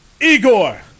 Igor